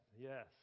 yes